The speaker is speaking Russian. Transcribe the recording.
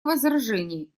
возражений